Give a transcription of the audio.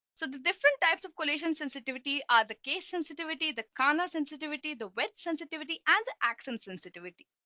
so the different types of collisions sensitivity are the case sensitivity the corner sensitivity the with sensitivity and the action sensitivity.